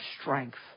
strength